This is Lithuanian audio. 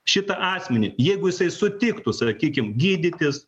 šitą asmenį jeigu jisai sutiktų sakykim gydytis